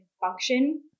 function